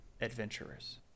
adventurers